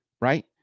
right